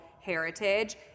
heritage